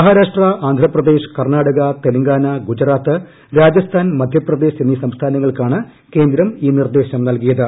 മഹാരാഷ്ട്ര ആന്ധ്ര പ്രദേശ് കർണാടക തെലങ്കാന ഗുജറാത്ത് രാജസ്ഥാൻ മധ്യ പ്രദേശ് എന്നീ സംസ്ഥാനങ്ങൾക്കാണ് കേന്ദ്രം ഈ നിർദേശം നൽകിയത്